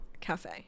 cafe